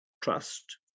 trust